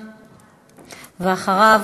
ואחריו,